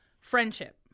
friendship